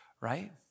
right